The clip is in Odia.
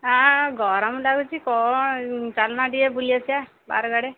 ହଁ ଗରମ ଲାଗୁଛି କ'ଣ ଚାଲୁନା ଟିକେ ବୁଲି ଆସିବା ବାରଙ୍ଗ ଆଡ଼େ